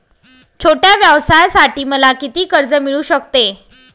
छोट्या व्यवसायासाठी मला किती कर्ज मिळू शकते?